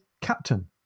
captain